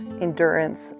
endurance